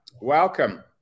welcome